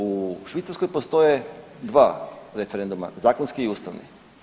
U Švicarskoj postoje dva referenduma, zakonski i ustavni.